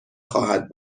خواهد